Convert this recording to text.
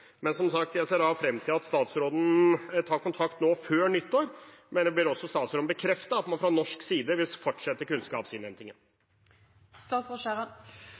Som sagt, jeg ser frem til at statsråden tar kontakt nå før nyttår, men jeg ber også statsråden bekrefte at man fra norsk side vil fortsette